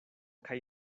kaj